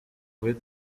kuri